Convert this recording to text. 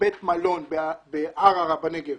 שבית מלון בערערה בנגב